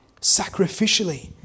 sacrificially